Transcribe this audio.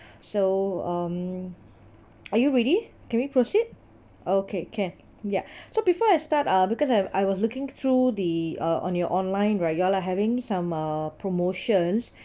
so um are you ready can we proceed okay can yup so before I start ah because I I was looking through the uh on your online right you're like having some uh promotions